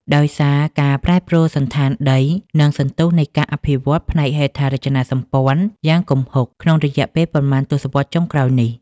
ដោយសារ ការប្រែប្រួលសណ្ឋានដី និងសន្ទុះនៃការអភិវឌ្ឍផ្នែកហេដ្ឋារចនាសម្ព័ន្ធយ៉ាងគំហុកក្នុងរយៈពេលប៉ុន្មានទសវត្សរ៍ចុងក្រោយនេះ។